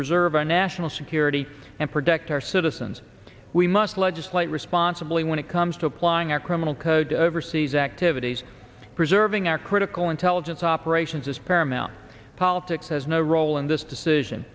preserve our national security and protect our citizens we must legislate responsibly when it comes to applying our criminal code to overseas activities preserving our critical intelligence operations is paramount politics has no role in this decision